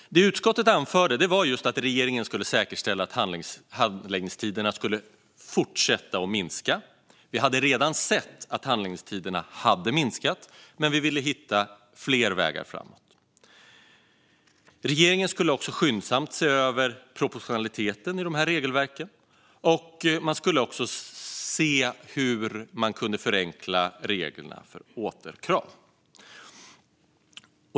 Det som utskottet anförde var att regeringen skulle säkerställa att handläggningstiderna skulle fortsätta att minska. Vi hade redan sett att handläggningstiderna hade minskat, men vi ville hitta fler vägar framåt. Regeringen skulle också skyndsamt se över proportionaliteten i de här regelverken och hur man kunde förenkla reglerna för återkrav.